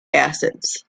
acids